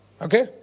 Okay